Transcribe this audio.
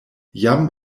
jam